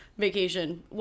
vacation